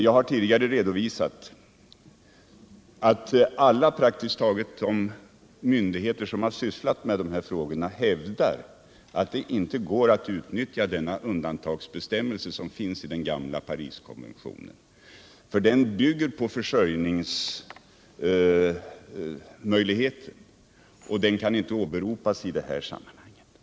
Jag har tidigare redovisat att praktiskt taget alla de myndigheter som sysslat med dessa frågor hävdar att det inte går att utnyttja den undantagsbestämmelse som finns i den gamla Pariskonventionen. Den bygger nämligen på försörjningsmöjligheten, och en sådan kan inte åberopas i det här sammanhanget.